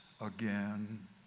again